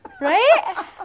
Right